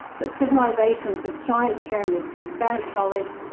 that civilizations with giant pyramids, advanced knowledge,